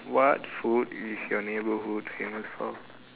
what food is your neighbourhood famous for